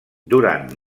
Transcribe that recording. durant